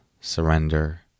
surrender